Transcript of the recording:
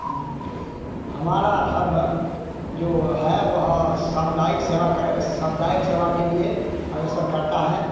हाँ हमारा धर्म जो है वह समुदायिक सेवा का समुदायिक सेवा के लिए अगर सरकर्ता है